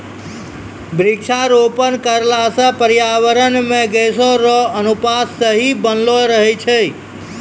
वृक्षारोपण करला से पर्यावरण मे गैसो रो अनुपात सही बनलो रहै छै